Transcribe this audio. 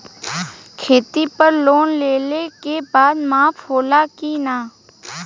खेती पर लोन लेला के बाद माफ़ होला की ना?